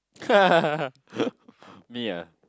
me ah